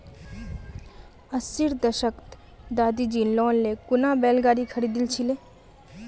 अस्सीर दशकत दादीजी लोन ले खूना बैल गाड़ी खरीदिल छिले